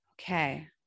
Okay